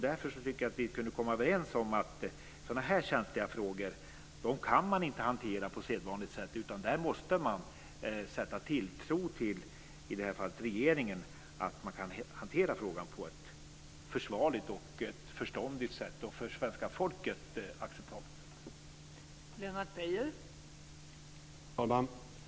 Därför tycker jag att vi kunde komma överens om att sådana här känsliga frågor kan man inte hantera på sedvanligt sätt utan man måste sätta tilltro till, i det här fallet regeringen, att de kan hantera frågan på ett försvarligt och förståndigt sätt och på ett för svenska folket acceptabelt sätt.